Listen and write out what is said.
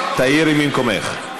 תעירי ממקומך.